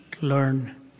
Learn